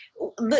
Look